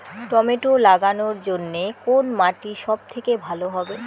Tomato লাগানোর জন্যে কোন মাটি সব থেকে ভালো হবে?